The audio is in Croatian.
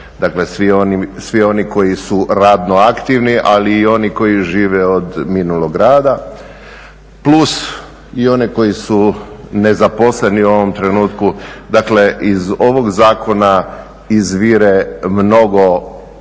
svi oni koji su radno aktivni, ali i oni koji žive od minulog rada plus i oni koji su nezaposleni u ovom trenutku. Dakle, iz ovog zakona izvire mnogo